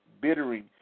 bittering